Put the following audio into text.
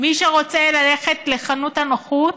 מי שרוצה ללכת לחנות הנוחות,